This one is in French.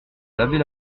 laver